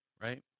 right